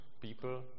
people